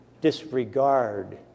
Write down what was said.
disregard